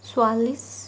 চৌৰাল্লিছ